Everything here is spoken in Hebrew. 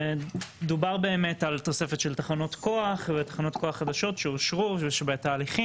ודובר באמת על תוספת של תחנות כוח ותחנות כוח חדשות שאושרו ושבתהליכים.